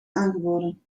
aangeboden